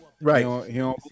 Right